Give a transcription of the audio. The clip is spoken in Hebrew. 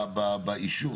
באישור,